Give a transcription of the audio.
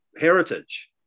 heritage